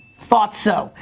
thought so.